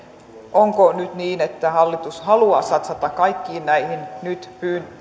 onko nyt niin että hallitus haluaa satsata kaikkiin näihin nyt